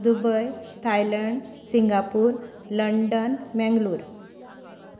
Dubai Thailand Singapore London Mangalore